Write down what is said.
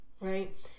right